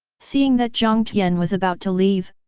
seeing that jiang tian was about to leave,